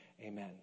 Amen